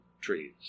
trees